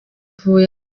yahavuye